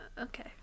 Okay